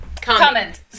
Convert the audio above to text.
Comment